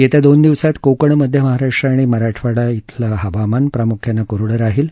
येत्या दोन दिवसात कोकण मध्य महाराष्ट्र आणि मराठवाडा इथं हवामान प्रामुख्यानं कोरडं राहीलं